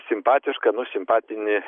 simpatišką nu simpatinį